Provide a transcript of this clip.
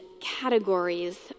categories